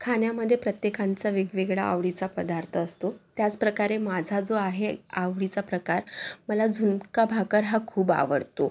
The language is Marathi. खाण्यामध्ये प्रत्येकांचा वेगवेगळा आवडीचा पदार्थ असतो त्याच प्रकारे माझा जो आहे आवडीचा प्रकार मला झुणका भाकर हा खूप आवडतो